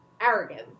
arrogance